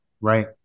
Right